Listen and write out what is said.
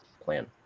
plan